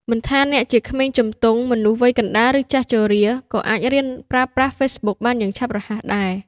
មិនថាអ្នកជាក្មេងជំទង់ មនុស្សវ័យកណ្តាល ឬចាស់ជរា ក៏អាចរៀនប្រើប្រាស់ Facebook បានយ៉ាងឆាប់រហ័សដែរ។